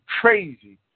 crazy